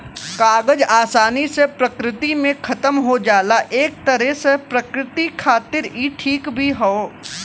कागज आसानी से प्रकृति में खतम हो जाला एक तरे से प्रकृति खातिर इ ठीक भी हौ